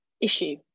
issue